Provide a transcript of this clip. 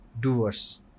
Doers